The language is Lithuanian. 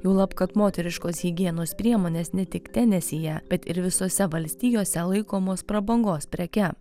juolab kad moteriškos higienos priemonės ne tik tenesyje bet ir visose valstijose laikomos prabangos preke